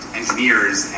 engineers